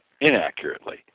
inaccurately